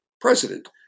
president